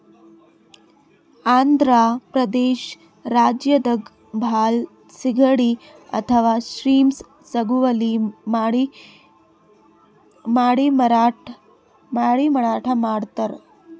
ಆಂಧ್ರ ಪ್ರದೇಶ್ ರಾಜ್ಯದಾಗ್ ಭಾಳ್ ಸಿಗಡಿ ಅಥವಾ ಶ್ರೀಮ್ಪ್ ಸಾಗುವಳಿ ಮಾಡಿ ಮಾರಾಟ್ ಮಾಡ್ತರ್